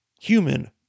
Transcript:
human